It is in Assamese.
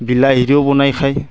বিলাহীৰেও বনাই খায়